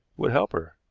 would help her.